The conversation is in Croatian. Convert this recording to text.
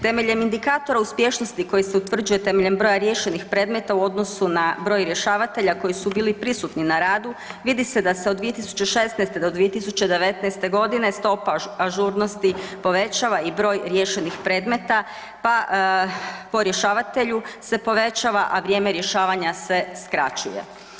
Temeljem indikatora uspješnosti koji se utvrđuje temeljem broja riješenih predmeta u odnosu na broj rješavatelja koji su bili prisutni na radu, vidi se da se od 2016. do 2019.g. stopa ažurnosti povećava i broj riješenih predmeta pa po rješavatelju se povećava, a vrijeme rješavanja se skraćuje.